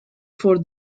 for